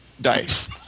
dice